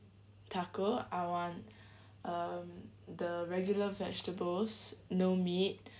taco I want um the regular vegetables no meat